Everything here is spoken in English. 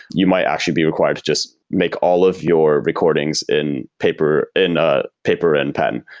you might actually be required to just make all of your recordings in paper in ah paper and pen.